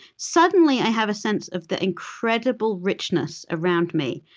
suddenly, i have a sense of the incredible richness around me,